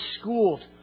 schooled